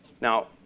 Now